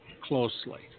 closely